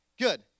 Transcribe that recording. good